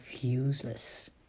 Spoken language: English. useless